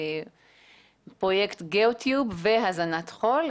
פרויקט גיאוטיוב והזנת חול,